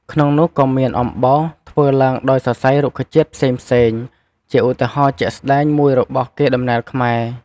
ក្នុងនោះក៏មានអំបោស ធ្វើឡើងដោយសរសៃរុក្ខជាតិផ្សេងៗ ជាឧទាហរណ៍ជាក់ស្ដែងមួយរបស់កេរដំណែលខ្មែរ។